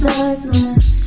Darkness